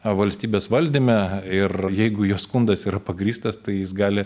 valstybės valdyme ir jeigu jo skundas yra pagrįstas tai jis gali